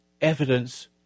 evidence